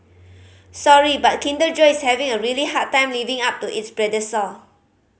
sorry but Kinder Joy is having a really hard time living up to its predecessor